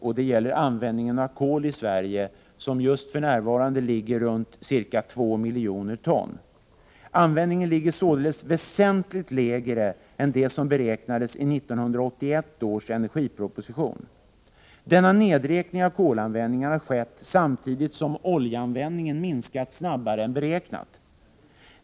Jag avser då förbrukningen av kol i Sverige, som för närvarande ligger på ca 2 miljoner ton/år. Det är således en väsentligt lägre nivå än den som beräknades i 1981 års energiproposition. Denna nedräkning av kolförbrukningen har skett samtidigt som oljeanvändningen minskat snabbare än beräknat.